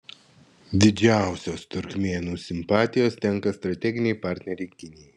didžiausios turkmėnų simpatijos tenka strateginei partnerei kinijai